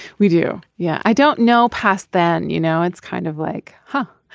we do yeah. i don't know past then you know it's kind of like huh.